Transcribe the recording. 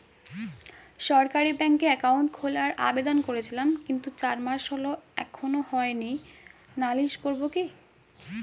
সরকারি ব্যাংকে একাউন্ট খোলার আবেদন করেছিলাম কিন্তু চার মাস হল এখনো হয়নি নালিশ করব কি?